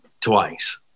twice